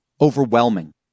overwhelming